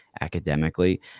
academically